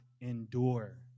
endure